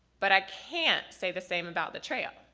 but i can't say the same about the trail.